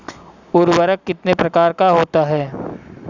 उर्वरक कितने प्रकार का होता है?